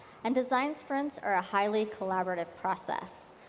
and design sprints are a highly collaborative process.